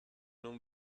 non